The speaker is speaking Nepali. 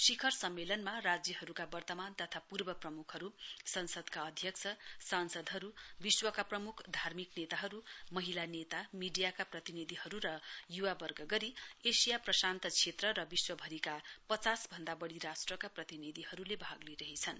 शिखर सम्मेलनमा राज्यहरूका वर्तमान तथा पूर्व प्रमुखहरू संसदका अध्यक्ष सांसदहरू विश्वका प्रम्ख धार्मिक नेताहरू महिला नेता मीडियाका प्रतिनिधिहरू र य्वावर्ग गरी एशिया प्रशान्त क्षेत्र र विश्वभरिका पचास भन्दा बढ़ी राष्ट्रका प्रतिनिधिहरूले भाग लिइरहेछन्